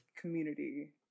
community